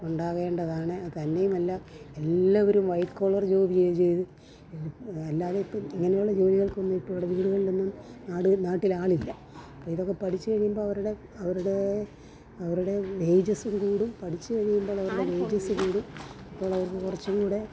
ഉണ്ടാകേണ്ടതാണ് തന്നെയുമല്ല എല്ലാവരും white collar job ചെയ്ത് ചെയ്ത് അല്ലാതെ ഇപ്പോൾ ഇങ്ങനെയുള്ള ജോലികൾക്കൊന്നും ഇപ്പോൾ ഇവിടെ വീടുകളിലൊന്നും നാട് നാട്ടിലാളില്ല ഇപ്പോൾ ഇതൊക്കെ പഠിച്ച് കഴിയുമ്പോൾ അവരുടെ അവരുടെ അവരുടെ വേജസും കൂടും പഠിച്ച് കഴിയുമ്പോളവരുടെ വേജസ് കൂടും അപ്പോളവർക്ക് കുറച്ച് കൂടെ